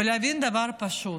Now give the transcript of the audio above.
ולהבין דבר פשוט: